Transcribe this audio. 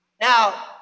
Now